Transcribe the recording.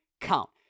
count